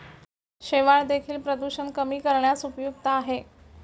शेवाळं देखील प्रदूषण कमी करण्यास उपयुक्त आहे